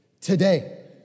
today